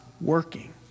working